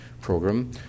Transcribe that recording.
program